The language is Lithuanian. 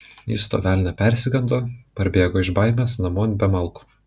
jis to velnio persigando parbėgo iš baimės namon be malkų